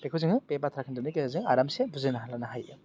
बेखौ जोङो बे बाथ्रा खोन्दोबनि गेजेरजों आरामसे बुजिना लानो हायो